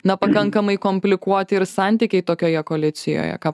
na pakankamai komplikuoti ir santykiai tokioje koalicijoje ką